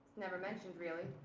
never mentioned, really.